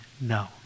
no